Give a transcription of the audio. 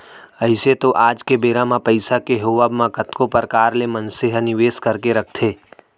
अइसे तो आज के बेरा म पइसा के होवब म कतको परकार ले मनसे ह निवेस करके रखथे